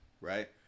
right